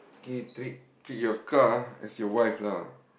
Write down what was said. okay treat treat your car as your wife lah